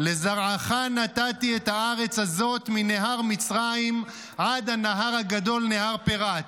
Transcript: לזרעך נתתי את הארץ הזאת מנהר מצרים עד הנהר הגדֹל נהר פרת".